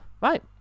Right